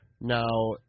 now